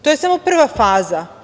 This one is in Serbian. To je samo prva faza.